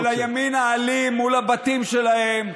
שמעט התעייפו מההפגנות של הימין האלים מול הבתים שלהם,